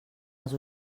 als